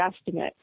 estimate